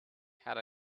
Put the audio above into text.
had